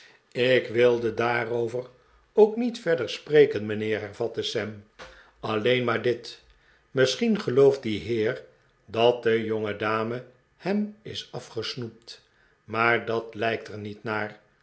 ik wilde daarover ook niet verder spreken mijnheer hervatte sam alleen maar dit misschien gelooft die heer dat de jongedame hem is afgesnoept maar dat lijkt er niet naar